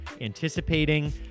anticipating